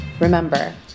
Remember